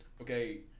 Okay